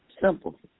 simple